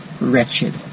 wretched